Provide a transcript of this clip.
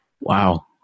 Wow